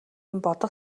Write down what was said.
бодох